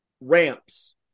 ramps